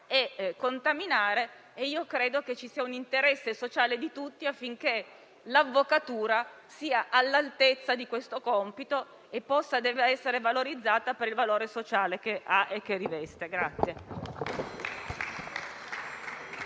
e contaminare; io credo che ci sia un interesse sociale da parte di tutti affinché l'avvocatura sia all'altezza di questo compito e venga valorizzata per il valore sociale che ha e che riveste.